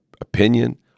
opinion